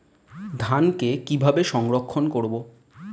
ধানকে কিভাবে সংরক্ষণ করব?